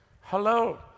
Hello